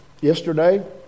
Yesterday